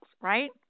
right